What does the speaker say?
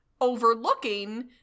overlooking